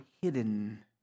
hidden